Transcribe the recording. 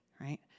right